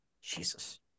Jesus